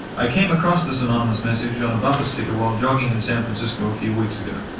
i came across this anonymous message on a bumper sticker while jogging in san francisco a few weeks ago.